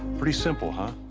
pretty simple huh?